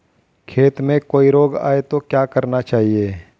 खेत में कोई रोग आये तो क्या करना चाहिए?